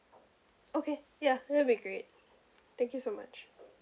okay ya that will be great thank you so much